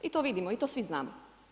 I to vidimo, to svi znamo.